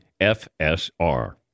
FSR